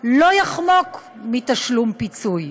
לא יחמוק מתשלום פיצוי.